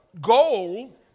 goal